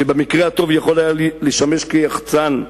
שבמקרה הטוב יכול היה לשמש כיחצ"ן,